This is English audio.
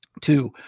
two